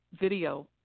video